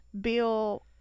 Bill